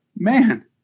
man